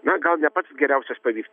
na gal ne pats geriausias pavyz